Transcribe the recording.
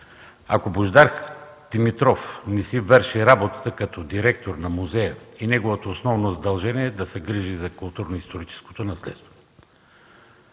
Ако Божидар Димитров не си върши работата като директор на музея и неговото основно задължение – да се грижи за културно-историческото наследство,